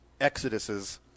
exoduses